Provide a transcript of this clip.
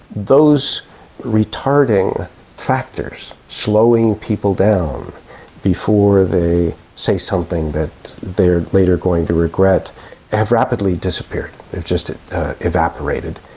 those retarding factors slowing people down before they say something that they are later going to regret have rapidly disappeared, they've just evaporated.